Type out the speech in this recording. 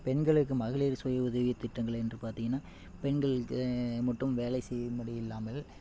பெண்களுக்கு மகளிர் சுய உதவித் திட்டங்கள் என்று பார்த்தீங்கன்னா பெண்களுக்கு மட்டும் வேலை செய்யும்படி இல்லாமல்